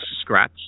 Scratch